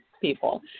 people